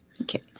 Okay